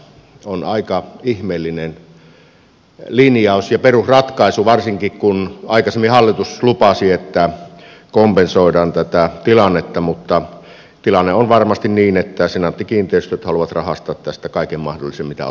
on aika ihmeellinen linjaus ja perusratkaisu varsinkin kun aikaisemmin hallitus lupasi että kompensoidaan tätä tilannetta mutta tilanne on varmasti niin että senaatti kiinteistöt haluaa rahastaa tästä kaiken mahdollisen mitä on rahastettavissa